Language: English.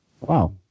wow